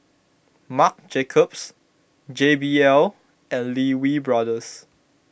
Marc Jacobs J B L and Lee Wee Brothers